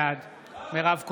בעד מירב כהן,